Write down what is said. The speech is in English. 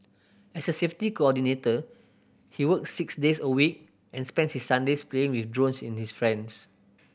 as a safety coordinator he work six days a week and spends his Sundays playing with drones in his friends